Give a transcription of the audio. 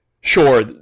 sure